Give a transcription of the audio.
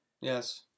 Yes